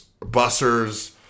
bussers